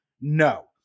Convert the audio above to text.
No